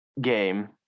game